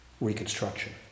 Reconstruction